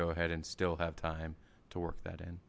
go ahead and still have time to work that in